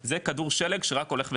זה כדור שלג שרק הולך ותופח,